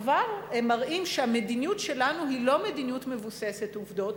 כבר הם מראים שהמדיניות שלנו היא לא מדיניות מבוססת עובדות,